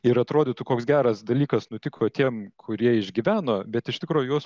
ir atrodytų koks geras dalykas nutiko tiem kurie išgyveno bet iš tikro juos